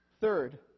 Third